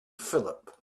phillip